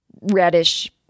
Reddish